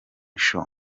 show